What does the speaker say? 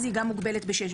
אז היא גם מוגבלת בשש.